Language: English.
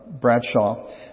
Bradshaw